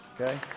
Okay